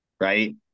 Right